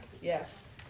yes